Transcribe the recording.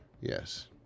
Yes